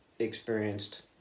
Experienced